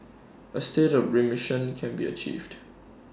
A state of remission can be achieved